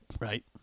right